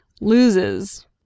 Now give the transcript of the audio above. loses